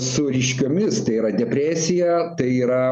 su ryškiomis tai yra depresija tai yra